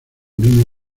niños